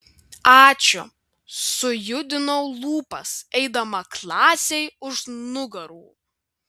ačiū sujudinau lūpas eidama klasei už nugarų